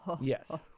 Yes